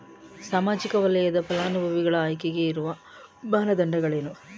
ಸಾಮಾಜಿಕ ವಲಯದ ಫಲಾನುಭವಿಗಳ ಆಯ್ಕೆಗೆ ಇರುವ ಮಾನದಂಡಗಳೇನು?